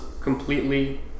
completely